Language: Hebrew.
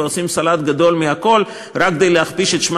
ועושים סלט גדול מהכול רק כדי להכפיש את שמה